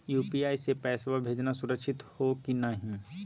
UPI स पैसवा भेजना सुरक्षित हो की नाहीं?